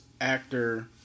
actor